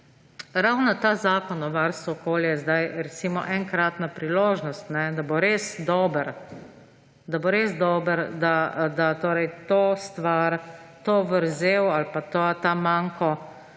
Ravno ta zakon o varstvu okolja je zdaj recimo enkratna priložnost, da bo res dober, da torej to stvar, to vrzel ali pa ta manko